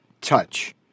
touch